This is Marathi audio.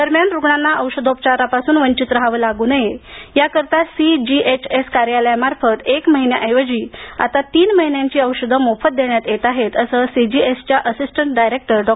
दरम्यानरुग्णांना औषधोपचारापासून वंचित राहावे लागू नये याकरिता सीजीएचएस कार्यालयामार्फत एक महिन्याऐवजी आता तीन महिन्यांची औषधे मोफत देण्यात येत आहेत असे सीजीएचएसच्या असिस्टंट डायरेक्टर डॉ